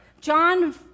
john